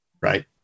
right